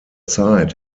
zeit